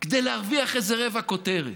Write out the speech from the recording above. כדי להרוויח איזה רבע כותרת,